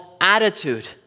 attitude